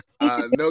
No